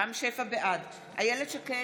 בעד אילת שקד,